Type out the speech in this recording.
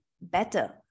better